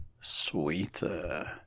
sweeter